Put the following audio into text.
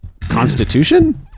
constitution